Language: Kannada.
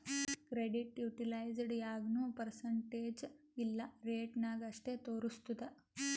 ಕ್ರೆಡಿಟ್ ಯುಟಿಲೈಜ್ಡ್ ಯಾಗ್ನೂ ಪರ್ಸಂಟೇಜ್ ಇಲ್ಲಾ ರೇಟ ನಾಗ್ ಅಷ್ಟೇ ತೋರುಸ್ತುದ್